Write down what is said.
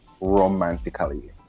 Romantically